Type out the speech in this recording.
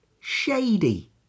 Shady